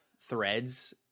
threads